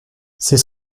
c’est